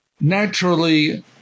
Naturally